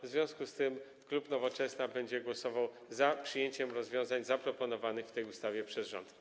W związku z tym klub Nowoczesna będzie głosował za przyjęciem rozwiązań zaproponowanych w tej ustawie przez rząd.